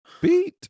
beat